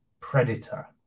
Predator